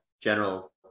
general